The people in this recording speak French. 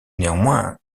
néanmoins